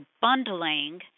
bundling